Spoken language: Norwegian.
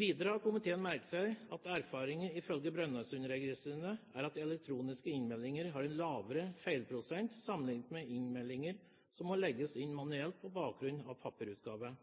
Videre har komiteen merket seg at erfaringene ifølge Brønnøysundregistrene er at elektroniske innmeldinger har en lavere feilprosent sammenlignet med innmeldinger som må legges inn manuelt på bakgrunn av papirutgave.